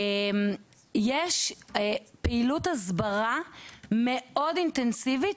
יש פעילות הסברה מאוד אינטנסיבית,